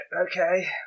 okay